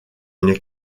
une